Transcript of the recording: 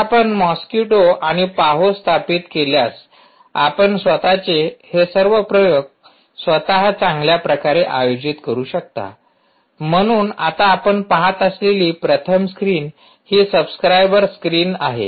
तर आपण मॉस्किटो आणि पाहो स्थापित केल्यास आपण स्वतचे हे सर्व प्रयोग स्वतः चांगल्या प्रकारे आयोजित करू शकता म्हणून आता आपण पहात असलेली प्रथम स्क्रीन ही सबस्क्राइबर स्क्रीन आहे